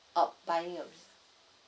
orh buying a